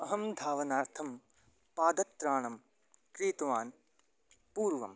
अहं धावनार्थं पादत्राणं क्रीतवान् पूर्वं